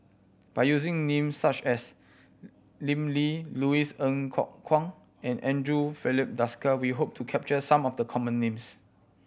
by using names such as Lim Lee Louis Ng Kok Kwang and Andre Filipe Desker we hope to capture some of the common names